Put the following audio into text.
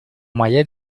моя